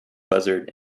buzzard